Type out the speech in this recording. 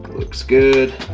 looks good.